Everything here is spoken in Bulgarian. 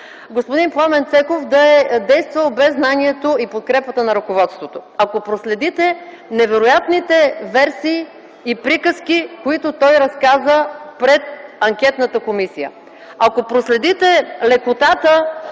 господин Пламен Цеков да е действал без знанието и подкрепата на ръководството. Ако проследите невероятните версии и приказки, които той разказа пред анкетната комисия, ако проследите лекотата,